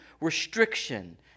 restriction